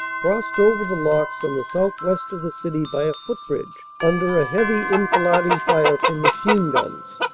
crossed over the locks on the southwest of the city by a footbridge under a heavy enfil ading fire from machine-guns,